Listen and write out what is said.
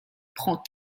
prend